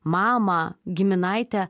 mamą giminaitę